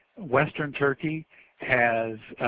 western turkey has